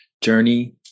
journey